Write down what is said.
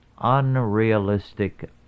unrealistic